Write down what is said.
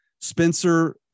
Spencer